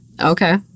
Okay